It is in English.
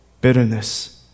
bitterness